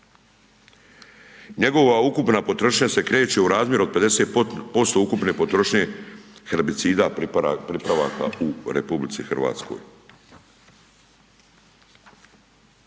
Njegova ukupna potrošnja se kreće u razmjeru od 50% ukupne potrošnje herbicida pripravaka u RH. Ja bih ovdje